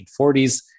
1940s